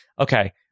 okay